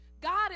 God